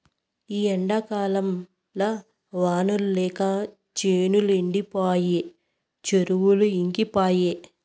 ఈ ఎండాకాలంల వానలు లేక చేనులు ఎండిపాయె చెరువులు ఇంకిపాయె